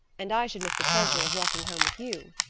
and i should miss the pleasure of walking home with you.